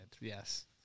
yes